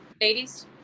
Ladies